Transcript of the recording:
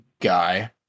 guy